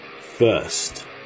First